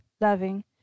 loving